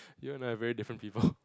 you and I are very different people